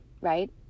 right